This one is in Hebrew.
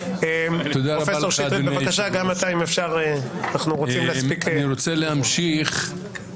לך, אדוני היושב-ראש, אני רוצה להמשיך את